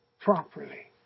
properly